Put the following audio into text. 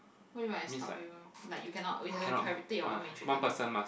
what do you mean by stalk everyone like you cannot you have to take your matric card to buy